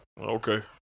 Okay